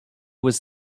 was